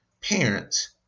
parents